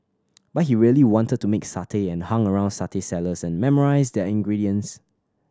but he really wanted to make satay and hung around satay sellers and memorised their ingredients